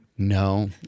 No